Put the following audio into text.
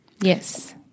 Yes